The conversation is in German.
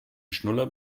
schnuller